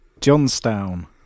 johnstown